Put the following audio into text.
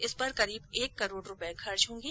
इस पर करीब एक करोड रुपये खर्च होंगे